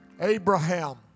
Abraham